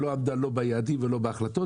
לא עמדה ביעדים ולא בהחלטות,